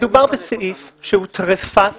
מדובר בסעיף שהוא טריפה - הון,